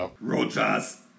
Rojas